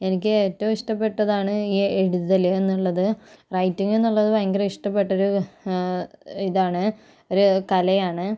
എനിക്ക് ഏറ്റവും ഇഷ്ടപെട്ടതാണ് എ എഴുതലൽ എന്നുള്ളത് റൈറ്റിങ്ങ് എന്നുള്ളത് ഭയങ്കര ഇഷ്ടപ്പെട്ടൊരു ഇതാണ് ഒരു കലയാണ്